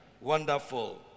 Wonderful